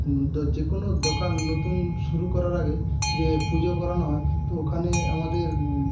যে কোনো দোকান নতুন শুরু করার আগে যে পুজো করানো হয় তো ওখানে আমাদের